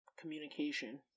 communication